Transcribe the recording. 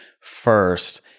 first